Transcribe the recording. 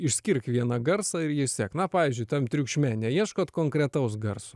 išskirk vieną garsą ir jį sek na pavyzdžiui tam triukšme neieškot konkretaus garso